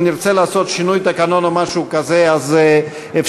אם נרצה לעשות שינוי תקנון או משהו כזה, אז אפשר.